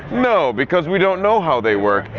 no. because we don't know how they work.